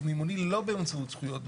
הוא מימוני לא באמצעות זכויות בנייה.